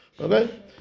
Okay